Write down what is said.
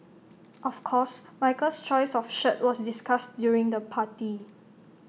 of course Michael's choice of shirt was discussed during the party